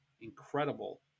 incredible